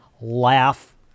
laugh